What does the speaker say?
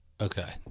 Okay